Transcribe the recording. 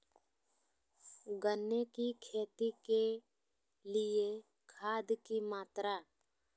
गन्ने की खेती के लिए खाद की मात्रा?